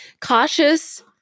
Cautious